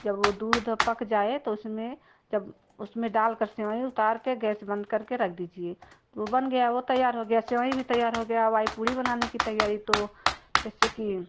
जब वह दूध तो उसमें जब उसमें डालकर सेवई उतारकर गैस बंद करके रख दीजिए तो वह बन गया वह तैयार हो गया सेवई भी तैयार हो गई अब आई पूड़ी बनाने की तैयारी तो जैसे कि